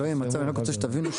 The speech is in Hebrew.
אני רוצה שתבינו,